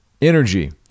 energy